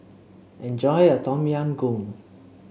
enjoy your Tom Yam Goong